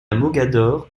mogador